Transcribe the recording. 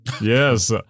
yes